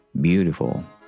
Beautiful